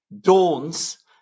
dawns